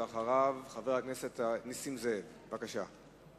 אחריו, חבר הכנסת נסים זאב, בבקשה.